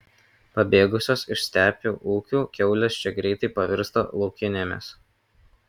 pabėgusios iš stepių ūkių kiaulės čia greitai pavirsta laukinėmis